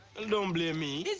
don't blame me!